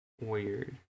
weird